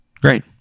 Great